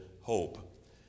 hope